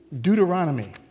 Deuteronomy